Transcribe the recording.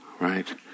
Right